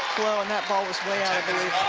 blow and that ball was way out